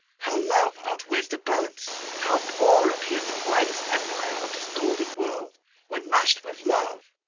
how love outweighs the balance! how poor appears the widest empire of this golden world when matched with love!